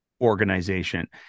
organization